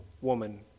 Woman